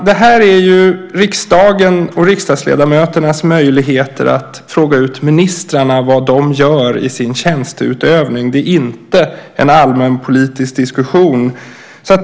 Det här är ju riksdagens och riksdagsledamöternas möjlighet att fråga ut ministrarna om vad de gör i sin tjänsteutövning. Det är inte en allmänpolitisk diskussion.